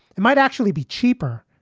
it might actually be cheaper.